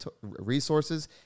resources